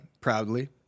proudly